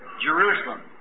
Jerusalem